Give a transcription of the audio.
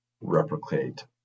replicate